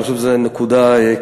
אני חושב שזו נקודה קריטית.